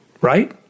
Right